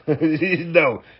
No